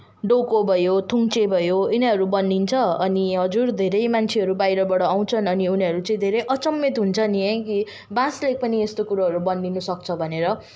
डोको भयो थुन्से भयो यिनीहरू बनिन्छ अनि हजुर धेरै मान्छेहरू बाहिरबाट आउँछन् अनि उनीहरू चाहिँ धेरै अचम्मित हुन्छ नि है कि बाँसले पनि यस्तो कुरोहरू बनिनु सक्छ भनेर